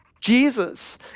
Jesus